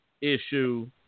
issue